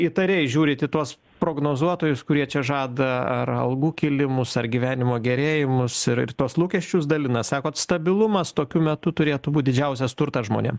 įtariai žiūrit į tuos prognozuotojus kurie čia žada ar albų kilimus ar gyvenimo gerėjimus ir tuos lūkesčius dalina sakot stabilumas tokiu metu turėtų būt didžiausias turtas žmonėm